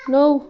نَوٚو